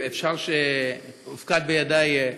הופקד בידי,